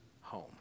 home